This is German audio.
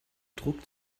druck